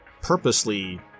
purposely